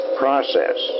process